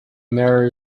mirror